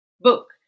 book